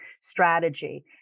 strategy